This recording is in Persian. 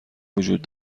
وجود